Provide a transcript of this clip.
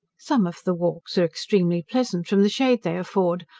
some of the walks are extremely pleasant from the shade they afford,